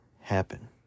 happen